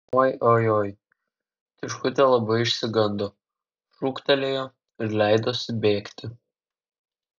oi oi oi tiškutė labai išsigando šūktelėjo ir leidosi bėgti